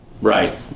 Right